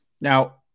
Now